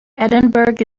edinburgh